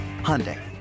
Hyundai